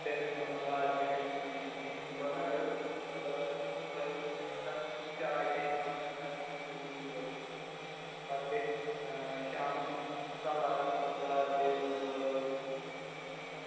تَمیُک مطلب گازرِ گژھن چٲنۍ کھٮ۪نۍ صُبحَن اَگر صُبحٲے چاے چھِ أسۍ چٮ۪وان تَمہِ ساتہٕ گژھن ٹھوٗل پَتہٕ چھِ أسۍ شامَن سَلاد گازرِ لٲر